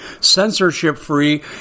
censorship-free